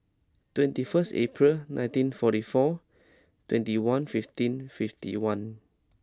twenty first April nineteen forty four twenty one fifteen fifty one